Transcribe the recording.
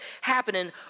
happening